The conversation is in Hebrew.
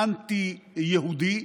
האנטי-יהודי,